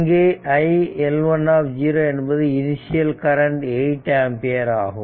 இங்கே iL1 என்பது initial current 8 ampere ஆகும்